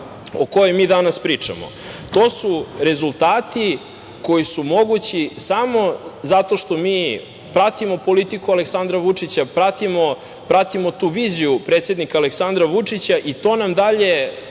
o kojoj mi danas pričamo? To su rezultati koji su mogući samo zato što mi pratimo politiku Aleksandra Vučića, pratimo tu viziju predsednika Aleksandra Vučića i to nam dalje